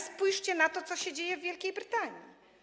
Spójrzcie na to, co się dzieje w Wielkiej Brytanii.